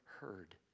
heard